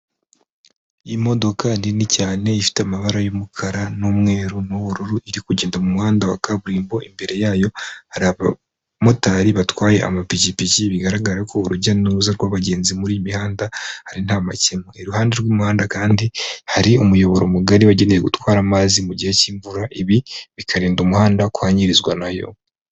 Imodoka nini cyane ifite amabara y'umukara n'umweru n'ubururu iri kugenda mu muhanda wa kaburimbo, imbere yayo hari abamotari batwaye amapikipiki bigaragara ko urujya n'uruza rw'abagenzi muri iyi mihanda ari nta makemwa, iruhande rw'umuhanda kandi hari umuyoboro mugari wagenewe gutwara amazi mu gihe cy'imvura ibi bikarinda umuhanda kwangirizwa nayo.